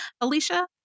Alicia